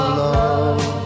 love